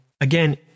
Again